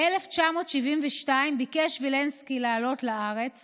ב-1972 ביקש וילנסקי לעלות לארץ